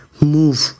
move